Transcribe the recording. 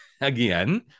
again